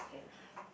okay okay